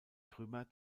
trümmer